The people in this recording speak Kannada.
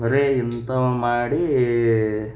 ಬರೀ ಇಂಥವೇ ಮಾಡಿ